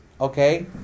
okay